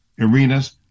arenas